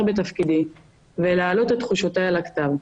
בתפקידי ולהעלות את תחושותיי על הכתב.